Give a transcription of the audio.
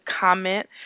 comment